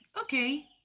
okay